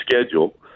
schedule